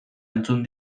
entzun